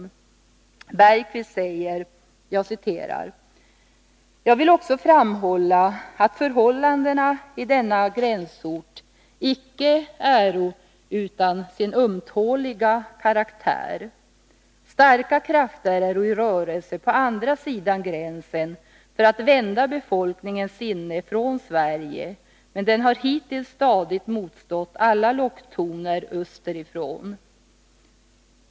Olof Bergqvist säger: ”Jag vill också framhålla, att förhållandena i denna gränsort icke äro utan sin ömtåliga karaktär. Starka krafter äro i rörelse på andra sidan gränsen för att vända befolkningens sinne från Sverige, men den har hittills stadigt motstått alla locktoner öster ifrån.